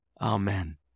Amen